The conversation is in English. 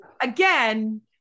again